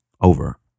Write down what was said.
over